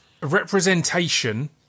representation